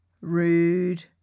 rude